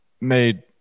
made